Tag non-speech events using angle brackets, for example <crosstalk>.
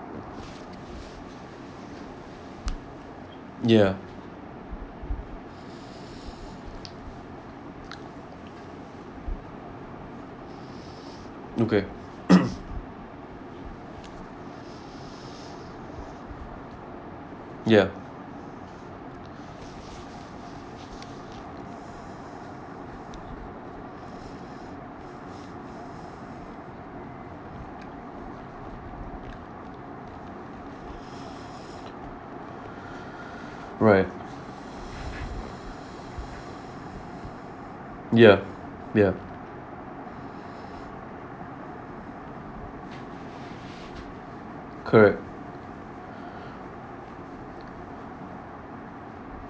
ya <breath> okay <noise> <breath> ya right ya yup correct